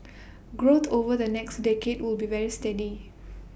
growth over the next decade will be very steady